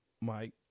Mike